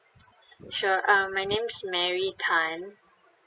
sure uh my name's mary tan